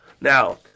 Now